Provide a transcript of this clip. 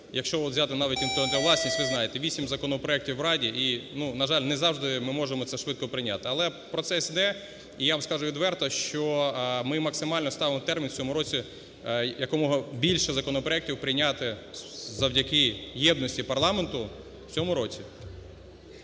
якщо от взяти навіть інтелектуальну власність, ви знаєте, вісім законопроектів в Раді і, ну, на жаль, не завжди ми можемо це швидко прийняти. Але процес йде, і я вам скажу відверто, що ми максимально ставимо термін в цьому році якомога більше законопроектів прийняти завдяки єдності парламенту в цьому році.